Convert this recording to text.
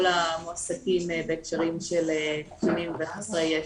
המועסקים בהקשרים של קטינים וחסרי ישע.